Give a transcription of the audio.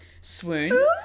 Swoon